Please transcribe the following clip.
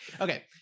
Okay